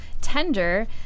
tender